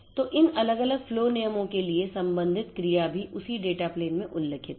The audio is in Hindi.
तो इन अलग अलग फ्लो नियमों के लिए संबंधित क्रिया भी उस डेटा प्लेन में उल्लिखित हैं